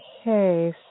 Okay